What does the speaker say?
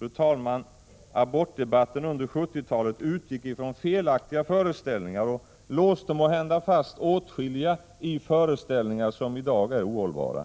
livmoder. Abortdebatten under 1970-talet utgick, fru talman, ifrån felaktiga föreställningar och låste måhända fast åtskilliga i föreställningar som i dag är ohållbara.